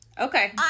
Okay